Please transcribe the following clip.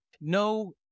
no